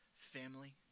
family